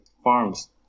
Farms